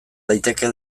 daiteke